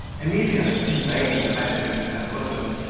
emilia, conveying the letter into her bosom,